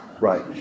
right